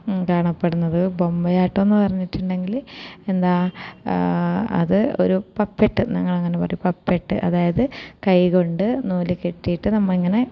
കാണപ്പെടുന്നത് ബൊമ്മയാട്ടം എന്ന് പറഞ്ഞിട്ടുണ്ടെങ്കിൽ എന്താ അത് ഒരു പപ്പെട്ട് ഞങ്ങൾ അങ്ങനെ പറയും പപ്പെട്ട് അതായത് കൈകൊണ്ട് നൂല്ല് കെട്ടിയിട്ട് നമ്മൾ ഇങ്ങനെ